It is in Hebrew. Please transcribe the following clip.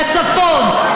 לצפון,